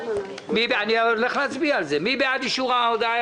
מי בעד אישור ההודעה?